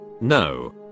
No